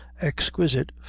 exquisite